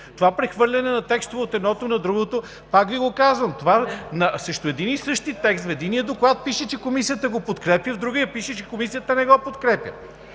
Това прехвърляне на текстове от едното на другото, пак Ви го казвам, срещу един и същ текст в единия доклад пише, че Комисията го подкрепя, в другия пише, че Комисията не го подкрепя.